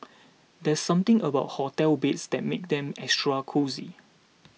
there's something about hotel beds that makes them extra cosy